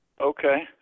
Okay